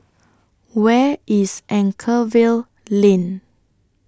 Where IS Anchorvale Lane